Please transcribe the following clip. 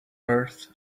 earth